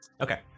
Okay